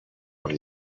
per